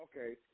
Okay